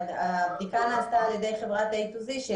הבדיקה נעשתה על ידי חברת a-2-z,